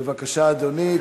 בבקשה, אדוני.